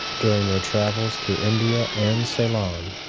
during their travels through india and ceylon,